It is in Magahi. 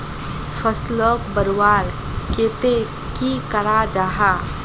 फसलोक बढ़वार केते की करा जाहा?